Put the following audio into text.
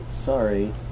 sorry